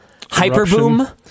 Hyperboom